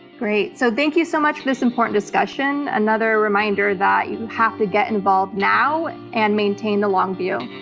great, so thank you so much for this important discussion. another reminder that you have to get involved now and maintain the long view.